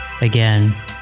Again